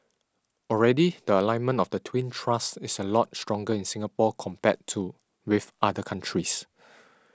already the alignment of the twin thrusts is a lot stronger in Singapore compared to with other countries